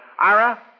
Ira